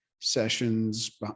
sessions